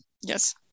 Yes